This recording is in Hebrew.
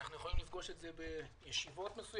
ובין אם אנחנו יכולים לפגוש את זה בישיבות מסוימות.